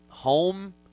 home